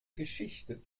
geschichte